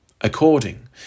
according